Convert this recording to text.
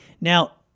Now